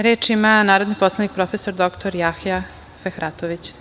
Reč ima narodni poslanik prof. dr Jahja Fehratović.